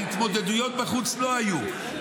ההתמודדויות בחוץ לא היו.